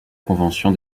convention